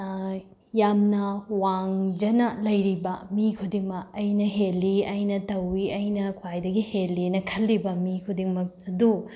ꯌꯥꯝꯅ ꯋꯥꯡꯖꯅ ꯂꯩꯔꯤꯕ ꯃꯤ ꯈꯨꯗꯤꯡꯃꯛ ꯑꯩꯅ ꯍꯦꯜꯂꯤ ꯑꯩꯅ ꯇꯧꯏ ꯑꯩꯅ ꯈ꯭ꯋꯥꯏꯗꯒꯤ ꯍꯦꯜꯂꯤꯅ ꯈꯜꯂꯤꯕ ꯃꯤ ꯈꯨꯗꯤꯡꯃꯛ ꯑꯗꯨ